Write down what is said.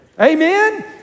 amen